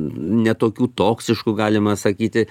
ne tokių toksiškų galima sakyti